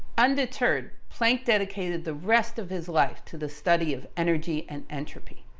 undeterred, planck dedicated the rest of his life to the study of energy and entropy.